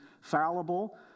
fallible